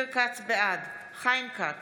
בעד חיים כץ,